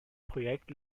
projekt